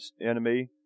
enemy